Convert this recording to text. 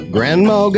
Grandma